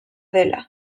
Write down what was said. dela